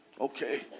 okay